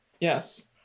Yes